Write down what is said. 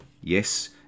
Yes